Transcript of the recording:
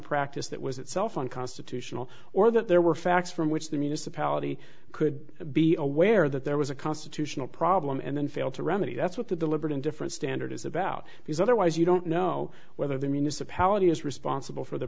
practice that was itself unconstitutional or that there were facts from which the municipality could be aware that there was a constitutional problem and then fail to remedy that's what the deliberate indifference standard is about because otherwise you don't know whether the municipality is responsible for the